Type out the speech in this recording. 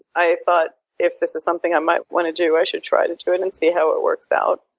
i thought if this was something i might want to do i should try to to do it and see how it works out.